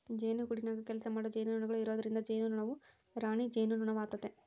ಜೇನುಗೂಡಿನಗ ಕೆಲಸಮಾಡೊ ಜೇನುನೊಣಗಳು ಇರೊದ್ರಿಂದ ಜೇನುನೊಣವು ರಾಣಿ ಜೇನುನೊಣವಾತತೆ